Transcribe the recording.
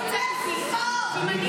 נא לצאת, אם זה מה שביקשת.